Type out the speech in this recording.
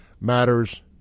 matters